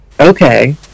okay